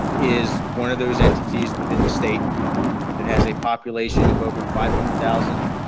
is one of those entities within the state that has a population of over five hundred thousand